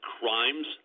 crimes